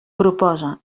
proposa